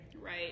Right